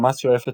חמאס שואפת